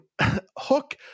hook